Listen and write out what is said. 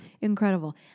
Incredible